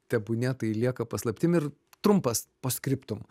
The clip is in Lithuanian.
tebūnie tai lieka paslaptim ir trumpas post scriptum